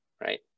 right